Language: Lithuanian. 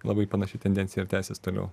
labai panaši tendencija ir tęsis toliau